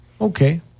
Okay